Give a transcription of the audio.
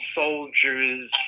soldiers